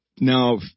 Now